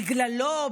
בגללו,